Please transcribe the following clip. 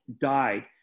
died